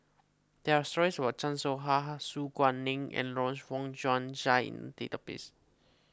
there are stories about Chan Soh Ha Su Guaning and Lawrence Wong Shyun Tsai in the database